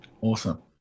Awesome